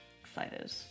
Excited